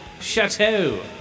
chateau